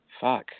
Fuck